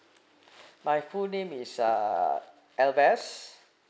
my full name is uh albest